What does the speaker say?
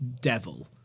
Devil